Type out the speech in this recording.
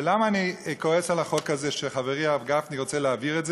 ולמה אני כועס על החוק הזה שחברי הרבה גפני רוצה להעביר,